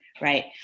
right